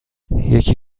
یکی